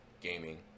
gaming